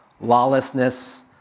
Lawlessness